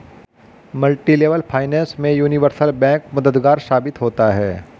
multilevel finance में universal bank मददगार साबित होता है